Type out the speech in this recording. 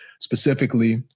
specifically